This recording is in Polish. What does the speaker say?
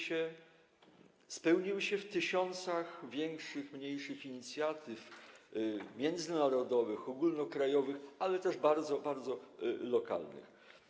Spełniły się w tysiącach większych i mniejszych inicjatyw międzynarodowych, ogólnokrajowych, ale też bardzo, bardzo lokalnych.